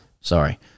sorry